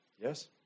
Yes